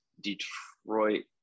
Detroit